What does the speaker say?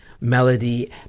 melody